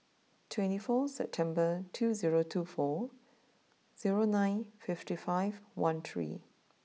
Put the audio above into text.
twenty four September two zero two four zero nine fifty five one three